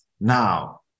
now